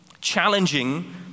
challenging